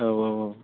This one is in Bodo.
औ औ औ